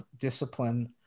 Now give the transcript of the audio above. discipline